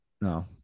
No